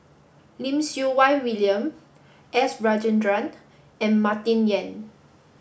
Lim Siew Wai William S Rajendran and Martin Yan